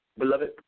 Beloved